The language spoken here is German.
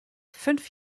fünf